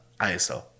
ISO